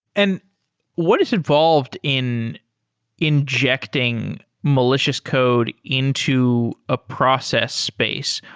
and what has involved in injecting malicious code into a process space?